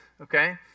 okay